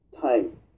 Time